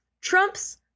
Trump's